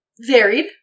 varied